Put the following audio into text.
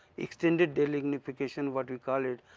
extended delignification, what we call it,